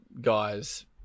guys